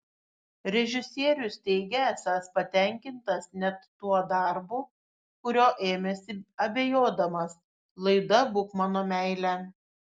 režisierius teigia esąs patenkintas net tuo darbu kurio ėmėsi abejodamas laida būk mano meile